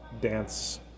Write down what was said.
dance